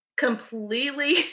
completely